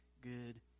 good